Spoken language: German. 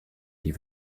die